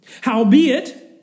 Howbeit